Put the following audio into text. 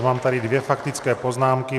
Mám tady dvě faktické poznámky.